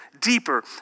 deeper